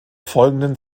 folgenden